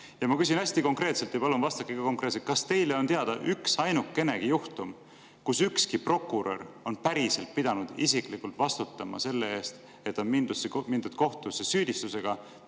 80. Ma küsin hästi konkreetselt ja palun vastake konkreetselt, kas teile on teada üksainukenegi juhtum, kus mõni prokurör on päriselt pidanud isiklikult vastutama selle eest, et on mindud kohtusse süüdistusega,